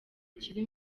kiri